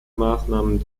maßnahmen